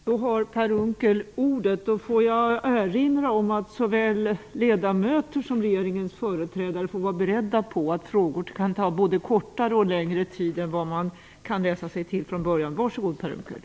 Nu har Per Unckel ordet. Får jag erinra om att såväl ledamöter som regeringens företrädare får vara beredda på att frågor kan ta både kortare och längre tid än man från början kan läsa sig till.